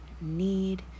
need